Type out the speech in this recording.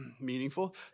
Meaningful